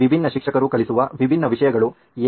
ವಿಭಿನ್ನ ಶಿಕ್ಷಕರು ಕಲಿಸುವ ವಿಭಿನ್ನ ವಿಷಯಗಳು ಏಕೆ